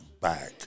back